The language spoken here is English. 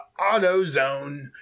AutoZone